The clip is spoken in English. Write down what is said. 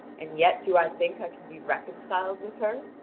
and yet do i think i can be reconciled with her?